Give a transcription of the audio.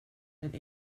and